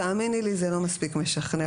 "תאמיני לי" זה לא מספיק משכנע.